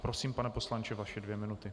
Prosím, pane poslanče, vaše dvě minuty.